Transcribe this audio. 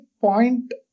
point